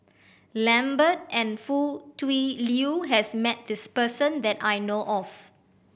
Lambert and Foo Tui Liew has met this person that I know of